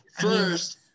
first